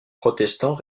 protestants